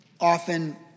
often